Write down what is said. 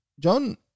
John